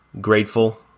grateful